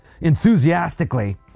enthusiastically